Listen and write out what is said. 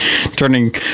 turning